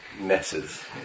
messes